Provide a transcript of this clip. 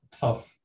tough